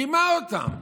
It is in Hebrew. רימה אותם.